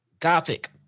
Gothic